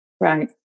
Right